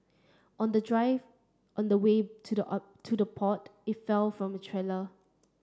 on the drive on the way to the art to the port it fell from a trailer